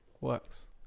Works